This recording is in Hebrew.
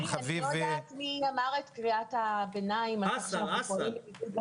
אני לא יודעת מי אמר את קריאת הביניים אבל עם כל